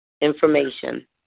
information